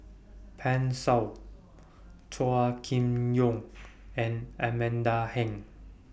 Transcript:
Pan Shou Chua Kim Yeow and Amanda Heng